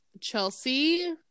Chelsea